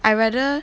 I'd rather